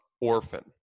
orphan